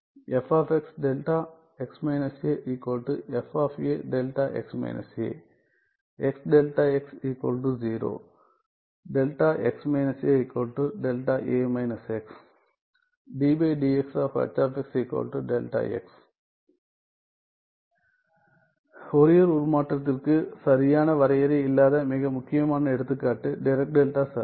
•••• Fourier உருமாற்றத்திற்கு சரியான வரையறை இல்லாத மிக முக்கியமான எடுத்துக்காட்டு டிராக் டெல்டா சார்பு